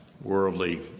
worldly